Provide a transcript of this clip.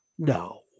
No